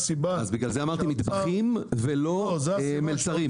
לכן אמרתי מטבחים ולא מלצרים.